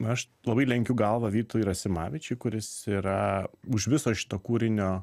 aš labai lenkiu galvą vytui rasimavičiui kuris yra už viso šito kūrinio